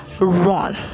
run